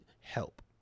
help